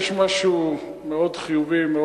יש משהו חיובי מאוד,